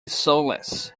soulless